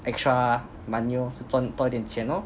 extra money lor 赚多一点钱咯